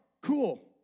Cool